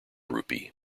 rupee